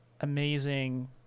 amazing